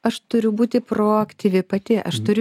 aš turiu būti proaktyvi pati aš turiu